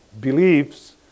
beliefs